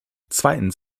zweitens